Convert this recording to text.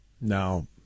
Now